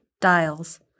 dials